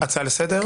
הצעה לסדר?